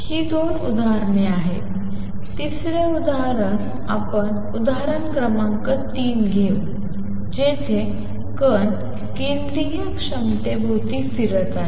ही दोन उदाहरणे आहेत तिसरे उदाहरण आपण उदाहरण क्रमांक 3 घेऊ जेथे कण केंद्रीय क्षमतेभोवती फिरत आहे